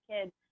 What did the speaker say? kids